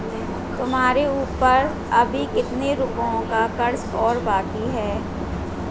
तुम्हारे ऊपर अभी कितने रुपयों का कर्ज और बाकी है?